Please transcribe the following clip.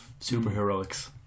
superheroics